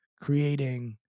creating